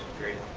period.